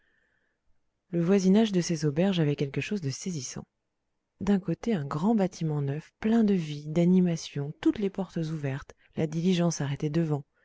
le voisinage de ces auberges avait quelque chose de saisissant d'un côté un grand bâtiment neuf plein de vie d'animation toutes les portes ouvertes la diligence arrêtée devant